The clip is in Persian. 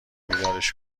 بیدارش